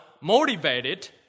motivated